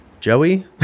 Joey